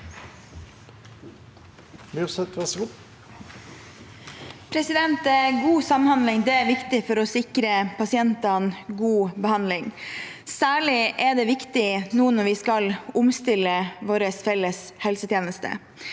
God samhandling er viktig for å sikre pasientene god behandling. Særlig er det viktig nå når vi skal omstille vår felles helsetjeneste,